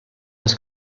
els